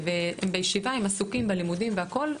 והם בישיבה הם עסוקים בלימודים והכל,